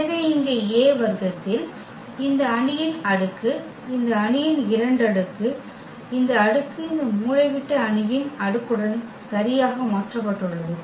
எனவே இங்கே A வர்க்கத்தில் இந்த அணியின் அடுக்கு இந்த அணியின் 2 அடுக்கு இந்த அடுக்கு இந்த மூலைவிட்ட அணியின் அடுக்குடன் சரியாக மாற்றப்பட்டுள்ளது